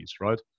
right